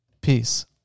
Peace